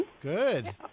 Good